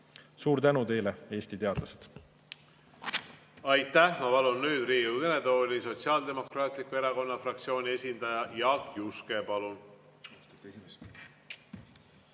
Suur tänu teile, Eesti teadlased! Aitäh! Ma palun nüüd Riigikogu kõnetooli Sotsiaaldemokraatliku Erakonna fraktsiooni esindaja Jaak Juske.